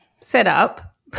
setup